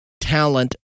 talent